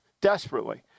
Desperately